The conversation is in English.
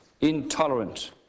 intolerant